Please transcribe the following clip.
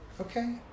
Okay